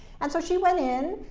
and so she went in,